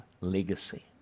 legacy